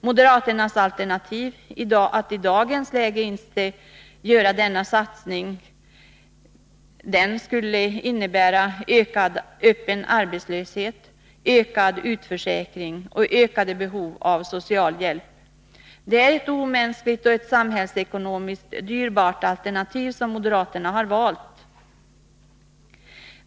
Moderaternas alternativ, att trots det nuvarande läget underlåta att göra dessa satsningar, skulle innebära ökad öppen arbetslöshet, ökad utförsäkring och ökade behov av socialhjälp. Det är ett omänskligt och samhällsekonomiskt dyrbart alternativ.